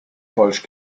falsch